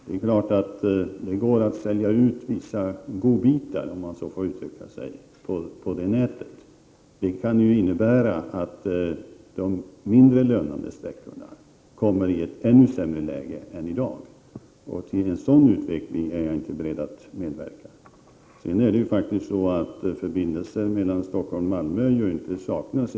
Det är klart att det går att sälja ut vissa godbitar, om jag får uttrycka det så, på det nätet, men det kan då innebära att de mindre lönande sträckorna kommer i ett ännu sämre läge än i dag. En sådan utveckling är jag inte beredd att medverka till. Det är faktiskt så att förbindelser inte saknas mellan Stockholm och Malmö.